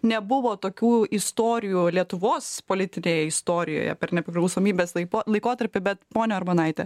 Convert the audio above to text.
nebuvo tokių istorijų lietuvos politinėj istorijoje per nepriklausomybės laiko laikotarpį bet ponia armonaite